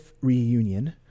reunion